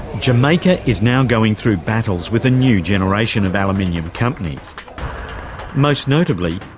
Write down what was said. jamaica is now going through battles with a new generation of aluminium companies most notably,